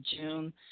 June